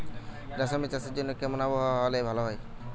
রেশম চাষের জন্য কেমন আবহাওয়া হাওয়া হলে ভালো?